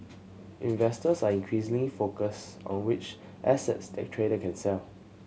investors are increasingly focused on which assets the trader can sell